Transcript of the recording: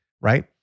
Right